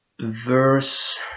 verse